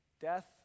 death